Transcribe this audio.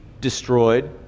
destroyed